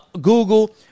Google